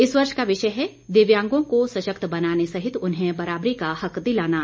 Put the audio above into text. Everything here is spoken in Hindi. इस वर्ष का विषय है दिव्यांगों को सशक्त बनाने सहित उन्हें बराबरी का हक दिलाना